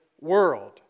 world